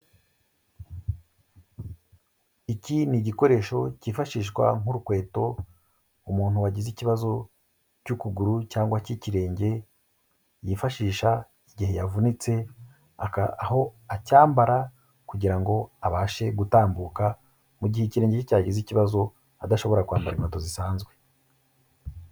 Iki ni igikoresho cyifashishwa nk'urukweto umuntu wagize ikibazo cy'ukuguru cyangwa cy'ikirenge yifashisha igihe yavunitse, aho acyambara kugira ngo abashe gutambuka mu gihe ikirenge cye cyagize ikibazo adashobora kwambara inkweto zisanzwe.